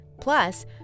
Plus